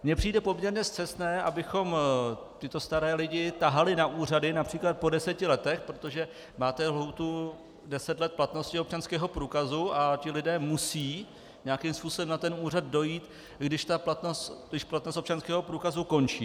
Mně přijde poměrně scestné, abychom tyto staré lidi tahali na úřady například po deseti letech, protože máte lhůtu deset let platnosti občanského průkazu, a ti lidé musí nějakým způsobem na ten úřad dojít, když platnost občanského průkazu končí.